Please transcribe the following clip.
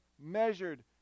measured